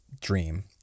dream